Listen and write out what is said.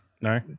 No